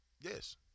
Yes